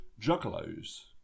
juggalos